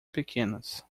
pequenas